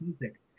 music